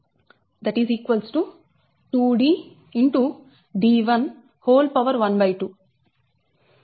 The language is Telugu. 2D14 2D